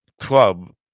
Club